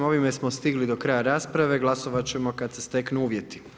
Ovime smo stigli do kraja rasprave, glasovat ćemo kada se steknu uvjeti.